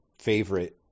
favorite